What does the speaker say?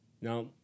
now